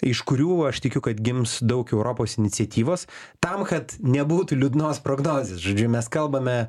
iš kurių aš tikiu kad gims daug europos iniciatyvos tam kad nebūtų liūdnos prognozės žodžiu mes kalbame